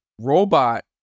robot